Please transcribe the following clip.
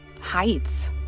heights